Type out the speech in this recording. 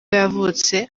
yavutse